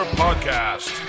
podcast